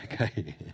Okay